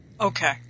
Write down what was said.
Okay